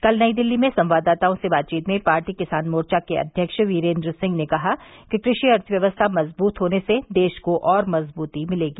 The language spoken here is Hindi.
कल नई दिल्ली में संवाददातओं से बातचीत में पार्टी किसान मोर्चा के अध्यक्ष वीरेन्द्र सिंह ने कहा कि कृषि अर्थव्यवस्था मजबूत होने से देश को और मजबूती मिलेगी